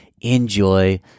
enjoy